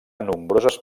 nombroses